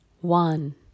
one